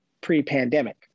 pre-pandemic